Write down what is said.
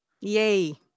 Yay